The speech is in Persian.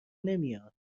نمیاد